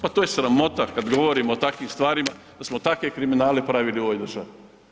Pa to je sramota kad govorimo o takvim stvarima da smo takve kriminale pravili u ovoj državi.